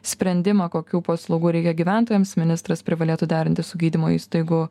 sprendimą kokių paslaugų reikia gyventojams ministras privalėtų derinti su gydymo įstaigų